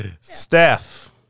Steph